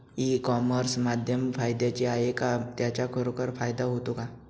E commerce माध्यम फायद्याचे आहे का? त्याचा खरोखर फायदा होतो का?